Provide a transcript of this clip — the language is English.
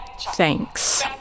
thanks